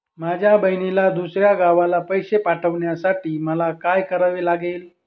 माझ्या बहिणीला दुसऱ्या गावाला पैसे पाठवण्यासाठी मला काय करावे लागेल?